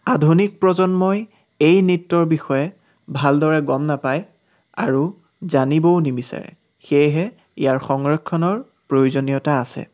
আধুনিক প্ৰজন্মই এই নৃত্যৰ বিষয়ে ভালদৰে গম নাপায় আৰু জানিবও নিবিচাৰে সেয়েহে ইয়াৰ সংৰক্ষণৰ প্ৰয়োজনীয়তা আছে